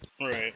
Right